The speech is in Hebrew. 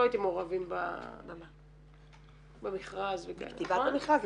הייתם מעורבים במכרז -- בכתיבת המכרז?